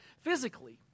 physically